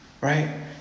right